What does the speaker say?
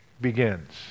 begins